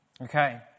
Okay